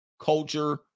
culture